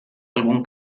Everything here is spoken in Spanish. algún